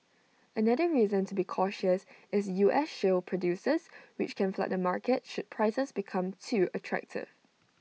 another reason to be cautious is U S shale producers which can flood the market should prices become too attractive